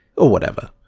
or whatever.